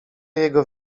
jego